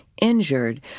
injured